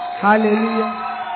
Hallelujah